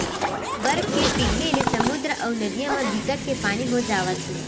बरफ के पिघले ले समुद्दर अउ नदिया म बिकट के पानी हो जावत हे